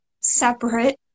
separate